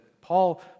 Paul